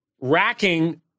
racking